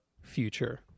future